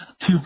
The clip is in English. two